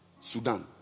Sudan